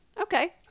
Okay